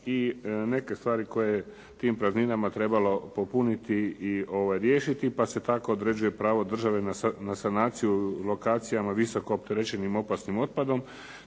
i neke stvari koje je tim prazninama trebalo popuniti i riješiti pa se tako određuje pravo države na sanaciju lokacijama visoko opterećenim opasnim otpadom